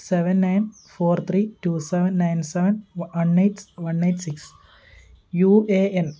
seven nine four three two seven nine seven one eight one eight six U A N